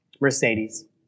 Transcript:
Mercedes